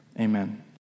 amen